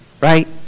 right